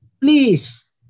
please